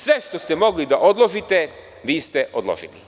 Sve što ste mogli da odložite, vi ste odložili.